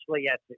yes